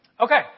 Okay